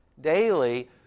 daily